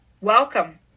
Welcome